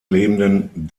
lebenden